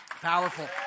Powerful